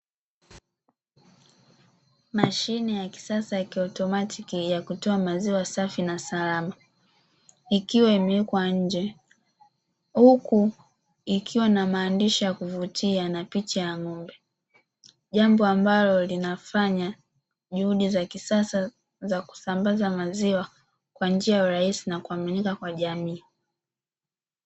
Mashine ya kisasa ya kiotomatiki ya kutoa maziwa safi na salama, ikiwa imewekwa nje, huku ikiwa na maandishi ya kuvutia na picha ya ng'ombe. Jambo ambalo linafanya juhudi za kisasa za kusambaza maziwa kwa njia rahisi na kuaminika kwa jamii.